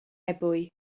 ebwy